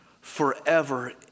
forever